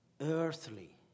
Earthly